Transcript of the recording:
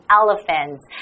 elephants